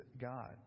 God